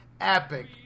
Epic